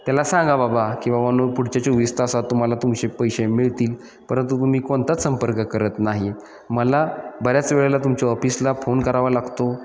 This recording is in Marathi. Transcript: त्याला सांगा बाबा की बा पु पुढच्या चोवीस तासात तुम्हाला तुमचे पैसे मिळतील परंतु तुम्ही कोणताच संपर्क करत नाहीत मला बऱ्याच वेळेला तुमच्या ऑफिसला फोन करावा लागतो